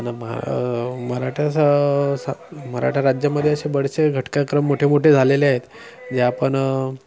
अन म मराठा स सा मराठा राज्यामध्ये असे बरेचसे घटनाक्रम मोठे मोठे झालेलेआहेत जे आपण